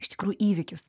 iš tikrųjų įvykius